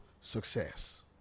success